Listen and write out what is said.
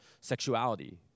sexuality